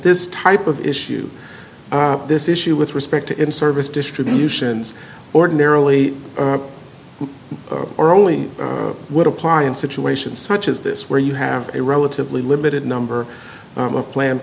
this type of issue this issue with respect to in service distributions ordinarily or only would apply and situations such as this where you have a relatively limited number of planned